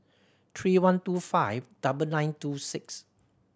three one two five double nine two six